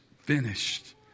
finished